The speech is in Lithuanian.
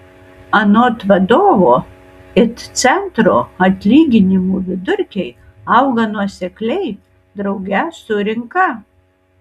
anot vadovo it centro atlyginimų vidurkiai auga nuosekliai drauge su rinka